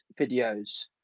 videos